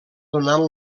donant